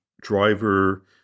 driver